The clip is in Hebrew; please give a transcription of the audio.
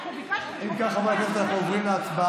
אם כך, חברי הכנסת, אנחנו עוברים להצבעה.